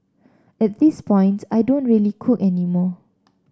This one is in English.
at this point I don't really cook any more